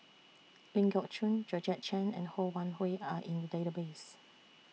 Ling Geok Choon Georgette Chen and Ho Wan Hui Are in The Database